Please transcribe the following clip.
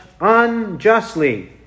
unjustly